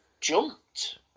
jumped